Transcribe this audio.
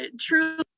true